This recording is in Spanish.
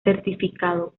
certificado